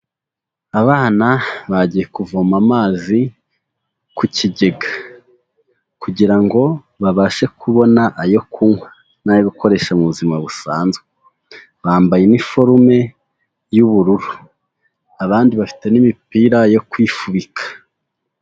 Abana bagiye kuvoma amazi ku kigega kugira ngo babashe kubona ayo kunywa n'ayo gukoresho mu buzima busanzwe, bambaye iniforume y'ubururu, abandi bafite n'imipira yo kwifubika.